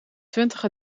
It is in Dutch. twintig